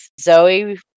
Zoe